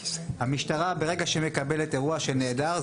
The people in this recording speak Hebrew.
המשטרה ברגע שמקבלת אירוע של נעדר,